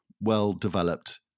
well-developed